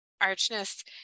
archness